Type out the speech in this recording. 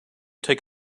take